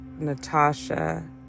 Natasha